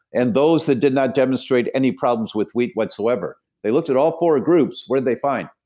and those that did not demonstrate any problems with wheat, whatsoever they looked at all four groups, what did they find?